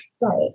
Right